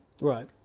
Right